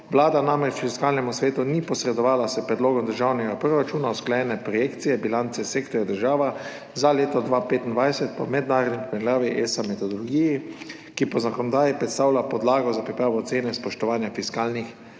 Vlada namreč Fiskalnemu svetu ni posredovala s predlogom državnega proračuna usklajene projekcije bilance sektorja država za leto 2025 po mednarodni primerjavi, metodologiji ESA, ki po zakonodaji predstavlja podlago za pripravo ocene spoštovanja fiskalnih